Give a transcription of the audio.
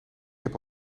heb